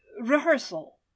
rehearsal